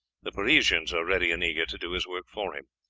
the parisians are ready and eager to do his work for him.